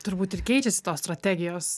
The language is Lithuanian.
turbūt ir keičiasi tos strategijos